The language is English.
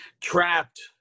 trapped